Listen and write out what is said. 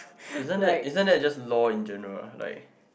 isn't that isn't that just law in general like